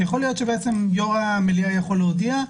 יכול להיות שיושב-ראש המליאה יכול להודיע,